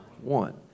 One